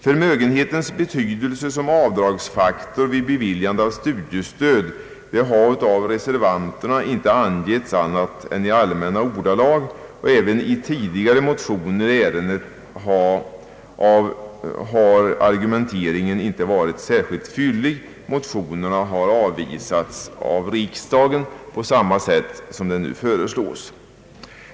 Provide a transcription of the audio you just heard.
Förmögenhetens betydelse som avdragsfaktor vid beviljande av studiestöd har av reservanterna inte angetts annat än i allmänna ordalag, och även i tidigare motioner i ärendet har argumenteringen inte varit särskilt fyllig. Motionerna har avvisats av riksdagen på samma sätt som nu föreslås.